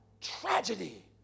tragedy